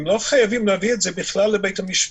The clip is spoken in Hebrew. הם בכלל לא חייבים להביא את זה לבית המשפט,